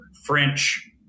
French